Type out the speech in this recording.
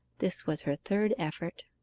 this was her third effort